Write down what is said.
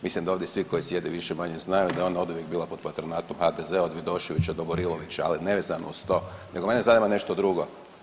Mislim da ovdje svi koji sjede više-manje znaju da ona je oduvijek bila pod patronatom HDZ-a od Vidoševića do Burilovića, ali nevezano uz to nego mene zanima nešto drugo.